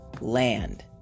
land